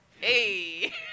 Hey